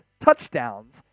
touchdowns